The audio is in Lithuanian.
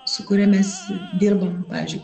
su kuria mes dirbam pavyzdžiui